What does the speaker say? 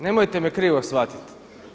Nemojte me krivo shvatiti.